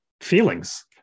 feelings